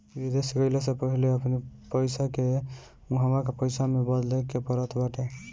विदेश गईला से पहिले अपनी पईसा के उहवा के पईसा में बदले के पड़त बाटे